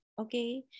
okay